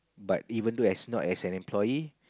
but even though as not as an employee